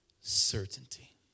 Certainty